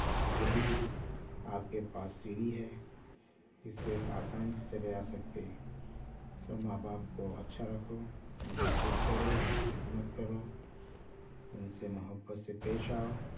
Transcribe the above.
یہی آپ کے پاس سیڑھی ہے اس سے آسانی سے چلے جا سکتے ہیں تو ماں باپ کو اچھا رکھو ان کی عزت کرو ان کی خدمت کرو ان سے محبت سے پیش آؤ